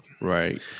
right